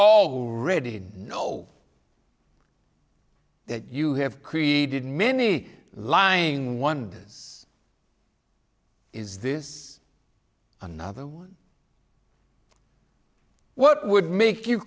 already know that you have created many lying one does is this another one what would make you